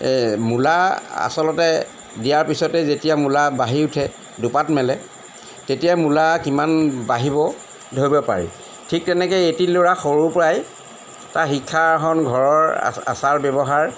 মূলা আচলতে দিয়াৰ পিছতে যেতিয়া মূলা বাঢ়ি উঠে দুপাত মেলে তেতিয়া মূলা কিমান বাঢ়িব ধৰিব পাৰি ঠিক তেনেকে এটি ল'ৰা সৰুৰ পৰাই তাৰ শিক্ষাৰখন ঘৰৰ আচাৰ ব্যৱহাৰ